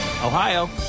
Ohio